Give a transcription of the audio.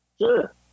Sure